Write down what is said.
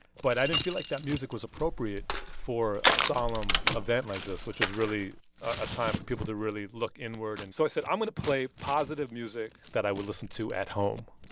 but i didn't feel like that music was appropriate for a solemn event like this, which was really a time for people to really look inward. and so i said, i'm going to play positive music that i would listen to at home.